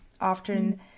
often